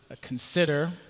Consider